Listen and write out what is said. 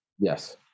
Yes